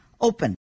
open